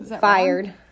fired